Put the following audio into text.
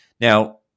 Now